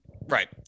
Right